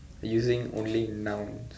using only nouns